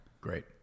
Great